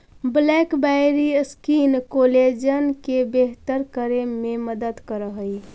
blackberry skin collagen के बेहतर करे में मदद करऽ हई